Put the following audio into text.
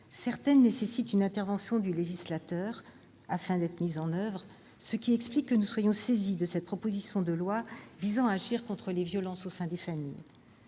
elles nécessite une intervention du législateur, ce qui explique que nous soyons saisis de cette proposition de loi visant à agir contre les violences au sein de la famille.